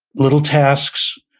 little tasks,